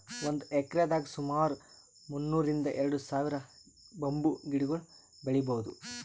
ಒಂದ್ ಎಕ್ರೆದಾಗ್ ಸುಮಾರ್ ಮುನ್ನೂರ್ರಿಂದ್ ಎರಡ ಸಾವಿರ್ ಬಂಬೂ ಗಿಡಗೊಳ್ ಬೆಳೀಭೌದು